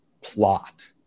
plot